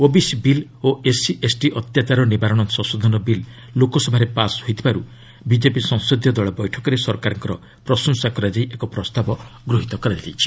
OBC bill ଓ SC ST ଅତ୍ୟାଚାର ନିବାରଣ ସଂଶୋଧନ ବିଲ୍ ଲୋକସଭାରେ ପାସ୍ ହୋଇଥିବାରୁ ବିଜେପି ସଂସଦୀୟ ଦଳ ବୈଠକରେ ସରକାରଙ୍କର ପ୍ରଶଂସା କରାଯାଇ ଏକ ପ୍ରସ୍ତାବ ଗୃହୀତ ହୋଇଛି